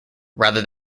rather